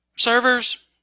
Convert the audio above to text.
Servers